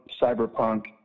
cyberpunk